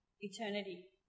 eternity